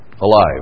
Alive